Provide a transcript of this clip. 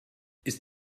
ist